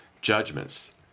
judgments